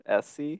SC